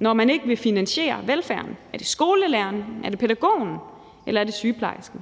når man ikke vil finansiere velfærden? Er det skolelæreren? Er det pædagogen? Eller er det sygeplejersken?